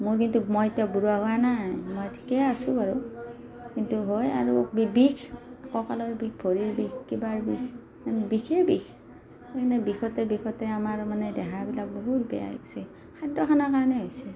মোৰ কিন্তু মই এতিয়াও বুঢ়া হোৱা নাই ঠিকে আছোঁ বাৰু কিন্তু হয় আৰু বিষ কঁকালৰ বিষ ভৰিৰ বিষ কিবাৰ বিষ বিষেই বিষ এনেই বিষতে বিষতে আমাৰ মানে দেহাবিলাক বহুত বেয়া হৈছে খাদ্য খানাৰ কাৰণে হৈছে